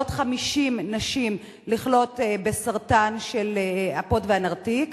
לעוד 50 נשים לחלות בסרטן הפות והנרתיק,